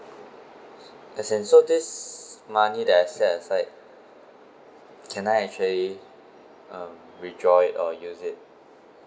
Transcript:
as in so this money that I set aside can I actually um withdraw it or use it